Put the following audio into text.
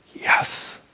yes